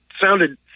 sounded